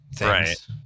right